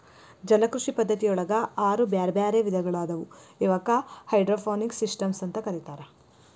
ಜಲಕೃಷಿ ಪದ್ಧತಿಯೊಳಗ ಆರು ಬ್ಯಾರ್ಬ್ಯಾರೇ ವಿಧಗಳಾದವು ಇವಕ್ಕ ಹೈಡ್ರೋಪೋನಿಕ್ಸ್ ಸಿಸ್ಟಮ್ಸ್ ಅಂತ ಕರೇತಾರ